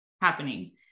happening